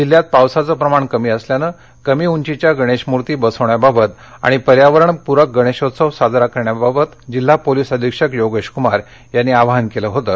जिल्ह्यात पावसाचं प्रमाण कमी असल्यामुळं कमी उंचीच्या गणेश मुर्ती बसविण्याबाबत आणि पर्यावरणपूरक गणेशोत्सव साजरा करण्याबाबत जिल्हा पोलीस अधीक्षक योगेश कुमार यांनी आवाहन केलं होतं